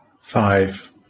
five